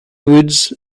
woods